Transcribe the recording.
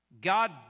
God